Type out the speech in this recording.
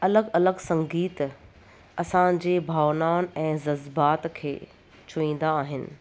अलॻि अलॻि संगीत असांजी भावनाउनि ऐं जज़्बात खे छुईंदा आहिनि